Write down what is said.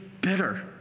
bitter